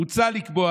"מוצע לקבוע